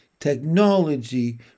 technology